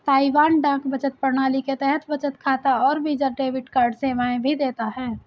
Taiwan डाक बचत प्रणाली के तहत बचत खाता और वीजा डेबिट कार्ड सेवाएं भी देता है